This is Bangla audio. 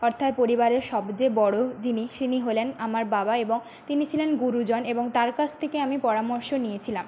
অর্থাৎ পরিবারের সবচেয়ে বড়ো যিনি তিনি হলেন আমার বাবা এবং তিনি ছিলেন গুরুজন এবং তার কাছ থেকে আমি পরামর্শ নিয়েছিলাম